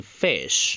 fish